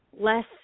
less